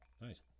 nice